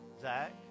Zach